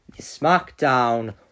Smackdown